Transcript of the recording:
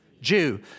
Jew